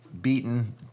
beaten